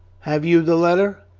have you the letter?